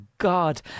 God